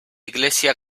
iglesia